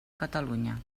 catalunya